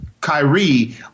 Kyrie